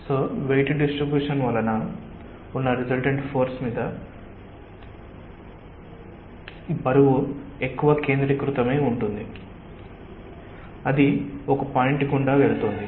కాబట్టి weight distribution వలన ఉన్న రిసల్టెంట్ ఫోర్స్ మీద బరువు ఎక్కువ కేంద్రీకృతమై ఉంటుంది అది ఒక పాయింట్ గుండా వెళుతుంది